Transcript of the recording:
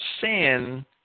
sin